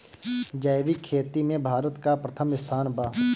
जैविक खेती में भारत का प्रथम स्थान बा